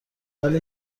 ولی